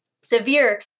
severe